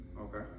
Okay